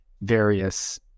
various